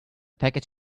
package